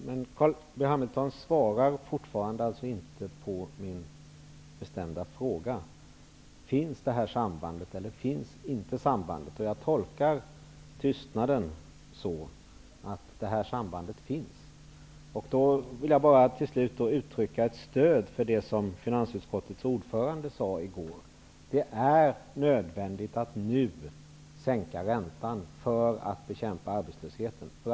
Herr talman! Carl B Hamilton svarar fortfarande inte på min bestämda fråga: Finns det här sambandet eller finns det inte? Jag tolkar tystnaden så att detta samband finns. Jag vill till slut bara uttrycka ett stöd för det som finansutskottets ordförande sade i går: Det är nödvändigt att nu sänka räntan för att bekämpa arbetslösheten.